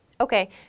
Okay